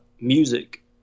music